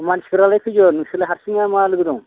मानसिफ्रालाय खयजन नोंसोरलाय हारसिङै ना मा लोगो दं